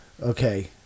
Okay